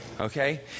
okay